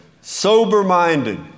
sober-minded